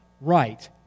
right